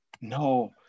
No